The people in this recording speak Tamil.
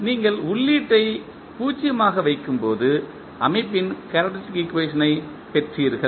நீங்கள் உள்ளீட்டை 0 ஆக வைக்கும்போது அமைப்பின் கேரக்டரிஸ்டிக் ஈக்குவேஷன் ஐ பெற்றீர்கள்